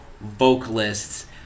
vocalists